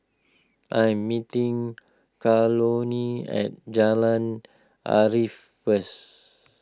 I'm meeting Carolynn at Jalan Arif first